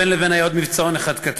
בין לבין היה עוד מבצעון אחד קטן,